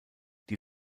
die